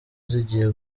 zigiye